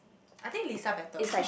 I think Lisa better